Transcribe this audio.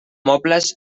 mobles